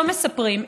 לא מספרים?